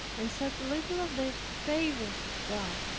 and said little of the favors of god.